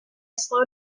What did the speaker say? slow